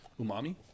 Umami